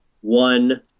one